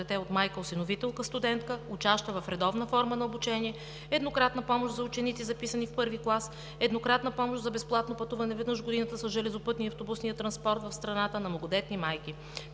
дете от майка-осиновителка студентка, учаща в редовна форма на обучение; еднократна помощ за ученици, записани в I. клас; еднократна помощ за безплатно пътуване веднъж в годината с железопътния и автобусния транспорт в страната на многодетни майки.